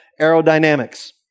aerodynamics